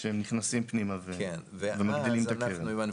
שנכנסים פנימה ונותנים את הקרן.